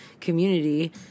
community